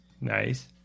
nice